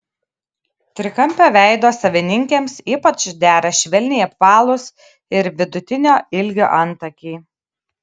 trikampio veido savininkėms ypač dera švelniai apvalūs ir vidutinio ilgio antakiai